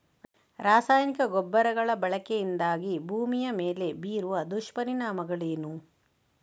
ರಾಸಾಯನಿಕ ಗೊಬ್ಬರಗಳ ಬಳಕೆಯಿಂದಾಗಿ ಭೂಮಿಯ ಮೇಲೆ ಬೀರುವ ದುಷ್ಪರಿಣಾಮಗಳೇನು?